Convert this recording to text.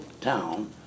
town